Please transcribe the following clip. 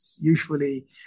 usually